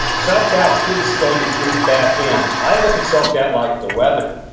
self-doubt is going to creep back in. i look at self-doubt like the weather.